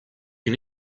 can